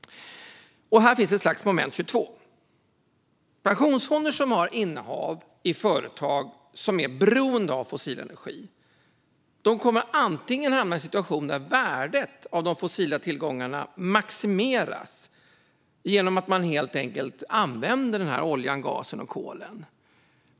Här finns ett slags moment 22. Pensionsfonder som har innehav i företag som är beroende av fossil energi kan hamna i en situation där värdet av de fossila tillgångarna maximeras genom att man helt enkelt använder oljan, gasen och kolet.